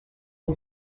اون